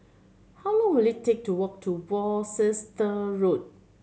how long will it take to walk to Worcester Road